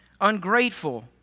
ungrateful